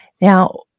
Now